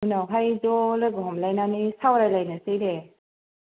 उनावहाय ज' लोगो हमलायनानै सावरायलायनोसै दे